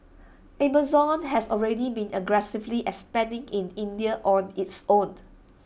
Amazon has already been aggressively expanding in India on its own